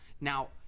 Now